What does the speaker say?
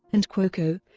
and cuoco,